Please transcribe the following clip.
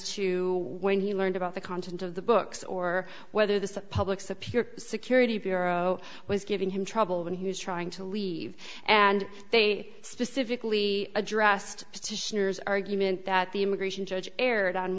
to when he learned about the content of the books or whether the public's appear security bureau was giving him trouble when he was trying to leave and they specifically addressed petitioners argument that the immigration judge erred on